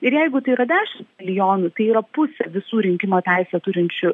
ir jeigu tai yra dešimt milijonų tai yra pusė visų rinkimo teisę turinčių